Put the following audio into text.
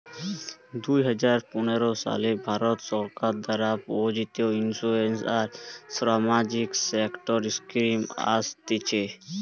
দুই হাজার পনের সালে ভারত সরকার দ্বারা প্রযোজিত ইন্সুরেন্স আর সামাজিক সেক্টর স্কিম আসতিছে